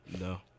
No